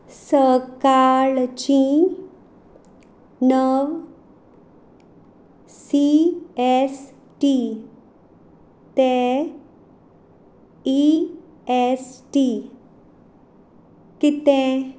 सकाळचीं णव C S T ते ई एस टी कितें